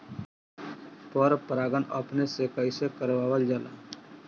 पर परागण अपने से कइसे करावल जाला?